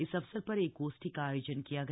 इस अवसर पर एक गोष्ठी का आयोजन किया गया